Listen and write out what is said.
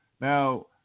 now